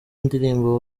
ndirimbo